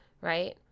right